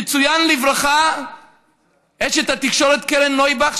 תצוין לברכה אשת התקשורת קרן נויבך,